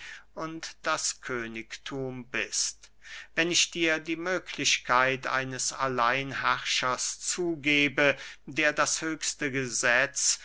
und das königthum bist wenn ich dir die möglichkeit eines alleinherrschers zugebe der das höchste gesetz